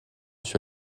sur